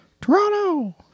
Toronto